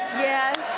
yeah,